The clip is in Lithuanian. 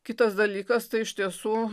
kitas dalykas tai iš tiesų